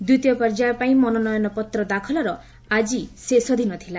ଦ୍ୱିତୀୟ ପର୍ଯ୍ୟାୟ ପାଇଁ ମନୋନୟନ ପତ୍ର ଦାଖଲର ଆଜି ଶେଷ ଦିନ ଥିଲା